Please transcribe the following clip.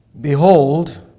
behold